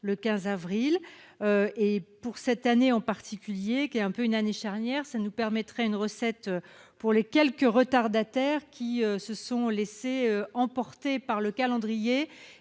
le 15 avril. Pour cette année en particulier, qui est un peu une année charnière, il permettrait une recette aux quelques retardataires qui se sont laissés dépasser par le calendrier